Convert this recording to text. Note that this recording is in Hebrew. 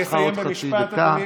יש לך עוד חצי דקה.